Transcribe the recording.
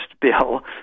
Bill